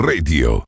Radio